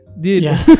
dude